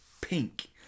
pink